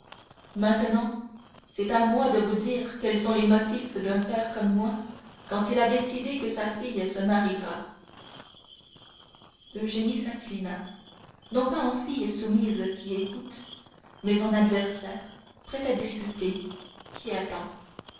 maintenant c'est à moi de vous dire quels sont les motifs d'un père comme moi quand il a décidé que sa fille se mariera eugénie s'inclina non pas en fille soumise qui écoute mais en adversaire prêt à discuter qui